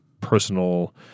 personal